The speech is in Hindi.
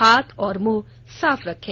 हाथ और मुंह साफ रखें